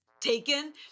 taken